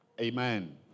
Amen